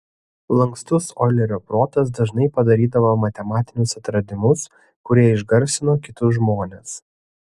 lankstus oilerio protas dažnai padarydavo matematinius atradimus kurie išgarsino kitus žmones